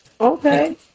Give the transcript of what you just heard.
Okay